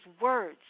words